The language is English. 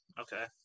Okay